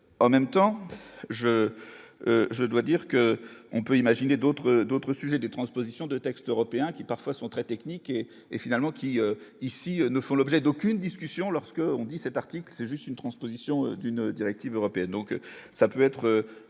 en même temps je, je dois dire que on peut imaginer d'autres, d'autres sujets de transposition de textes européens qui parfois sont très techniques et et finalement qui ici ne font l'objet d'aucune discussion lorsque on dit cet article, c'est juste une transposition d'une directive européenne,